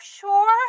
sure